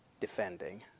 defending